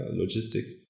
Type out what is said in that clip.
logistics